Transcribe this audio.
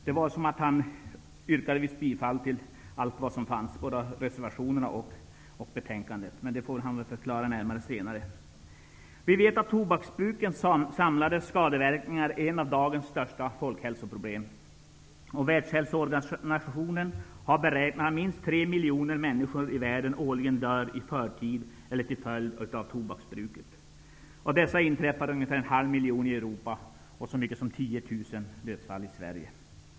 Det verkade som om han yrkade bifall till allt, både till reservationerna och till utskottets hemställan. Men det får han väl förklara närmare senare. Vi vet att tobaksbrukets samlade skadeverkningar är ett av de största folkhälsoproblemen i dag. Världshälsoorganisationen har beräknat att minst tre miljoner människor i världen årligen dör i förtid till följd av tobaksbruket. Av dessa dödsfall inträffar ungefär en halv miljon i Europa. I Sverige inträffar så mycket som 10 000 dödsfall per år på grund av rökning.